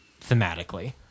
thematically